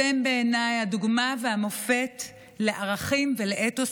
אתם בעיניי הדוגמה והמופת לערכים ולאתוס